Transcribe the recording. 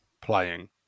playing